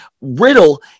riddle